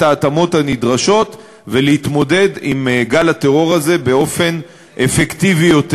ההתאמות הנדרשות ולהתמודד עם גל הטרור הזה באופן אפקטיבי יותר.